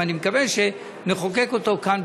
ואני מקווה שנחוקק אותו כאן,